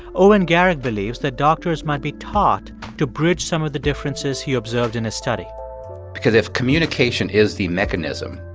owen garrick believes that doctors might be taught to bridge some of the differences he observed in his study because if communication is the mechanism,